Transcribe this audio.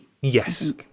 Yes